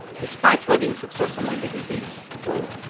despite redding's success among the hippies, though,